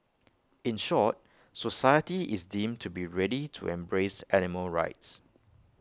in short society is deemed to be ready to embrace animal rights